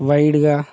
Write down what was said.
వైడ్గా